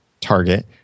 target